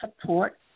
support